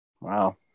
wow